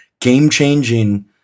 game-changing